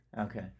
okay